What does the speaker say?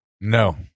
No